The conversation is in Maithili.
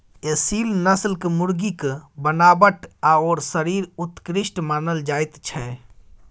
एसील नस्लक मुर्गीक बनावट आओर शरीर उत्कृष्ट मानल जाइत छै